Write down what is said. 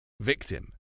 victim